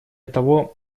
того